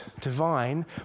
divine